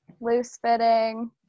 loose-fitting